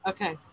Okay